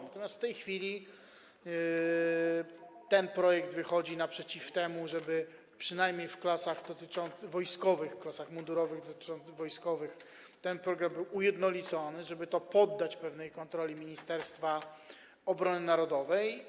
Natomiast w tej chwili ten projekt wychodzi naprzeciw temu, żeby przynajmniej w klasach wojskowych, w klasach mundurowych ten program był ujednolicony, żeby to poddać pewnej kontroli Ministerstwa Obrony Narodowej.